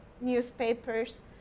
newspapers